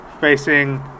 facing